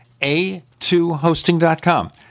a2hosting.com